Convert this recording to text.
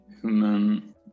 human